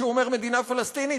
כשהוא אומר "מדינה פלסטינית",